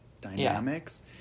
dynamics